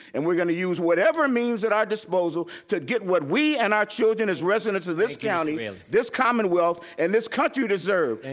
and we're going to use whatever means at our disposal to get what we, and our children, as residents of this county, and this commonwealth, and this country deserve.